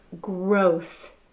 growth